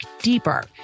deeper